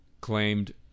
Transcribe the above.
claimed